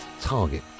Target